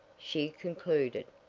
she concluded.